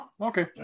okay